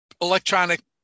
electronic